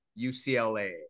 UCLA